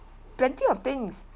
plenty of things